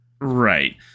right